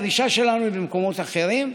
הדרישה שלנו היא במקומות אחרים,